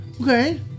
Okay